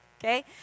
Okay